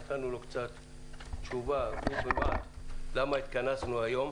נתנו לו תשובה קצרה למה התכנסנו היום,